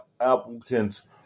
applicants